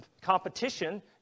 competition